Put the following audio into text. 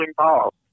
involved